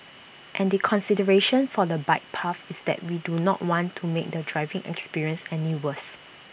and the consideration for the bike path is that we do not want to make the driving experience any worse